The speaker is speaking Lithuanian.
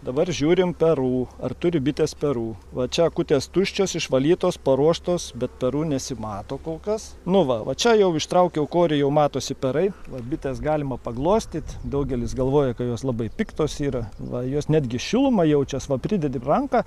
dabar žiūrim perų ar turi bitės perų va čia akutės tuščios išvalytos paruoštos bet perų nesimato kol kas nu va va čia jau ištraukiau korį jau matosi perai vat bites galima paglostyt daugelis galvoja ka jos labai piktos yra va jos netgi šiluma jaučias va pridedi ranką